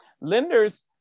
Lenders